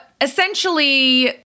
essentially